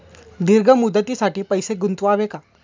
दीर्घ मुदतीसाठी पैसे गुंतवावे का?